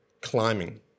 climbing